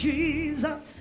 Jesus